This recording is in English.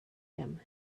him